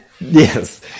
Yes